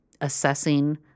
assessing